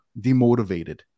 demotivated